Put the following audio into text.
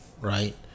right